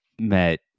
met